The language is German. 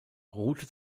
ruhte